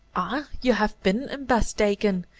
ah, you have been in beth-dagon,